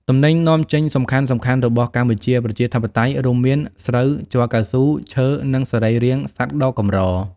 ទំនិញនាំចេញសំខាន់ៗ របស់កម្ពុជា ប្រជាធិបតេយ្យរួមមាន ស្រូវ ជ័រកៅស៊ូ ឈើ និងសរីររាង្គសត្វដ៏កម្រ ។